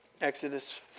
Exodus